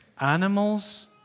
animals